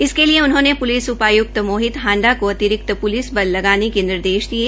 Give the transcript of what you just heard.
इसके लिए उन्होंने प्लिस उपाय्क्त मोहित हाण्डा को अतिरिक्त पुलिस बल लगाने के निर्देश दिए